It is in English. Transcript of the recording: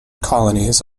colonies